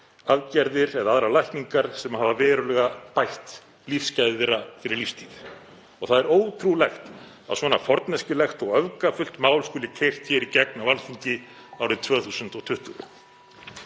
aðgerðir eða aðrar lækningar sem hafa verulega bætt lífsgæði þeirra fyrir lífstíð. Það er ótrúlegt að svona forneskjulegt og öfgafullt mál skuli keyrt hér í gegn á Alþingi árið 2020.